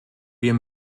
wir